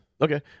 Okay